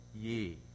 ye